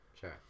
Sure